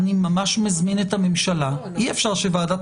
אני ממש מזמין את הממשלה אי אפשר שוועדת